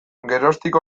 geroztik